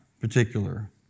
particular